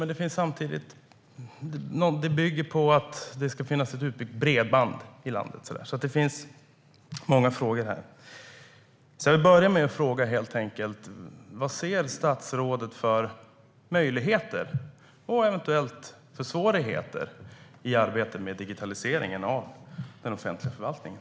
Men samtidigt bygger det på att det ska finnas utbyggt bredband i landet, så det finns många frågor här. Jag vill börja med att helt enkelt fråga: Vad ser statsrådet för möjligheter och eventuella svårigheter i arbetet med digitaliseringen av den offentliga förvaltningen?